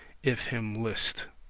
if him list.